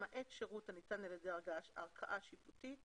למעט שירות הניתן על ידי ערכאה שיפוטית